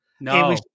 No